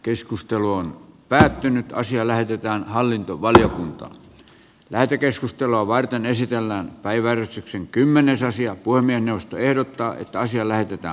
keskustelu on päättynyt ja asia lähetetään hallintovaliokuntaan lähetekeskustelua varten esitellään päivänä kymmenesosia voimien puhemiesneuvosto ehdottaa että asia lähetetään hallintovaliokuntaan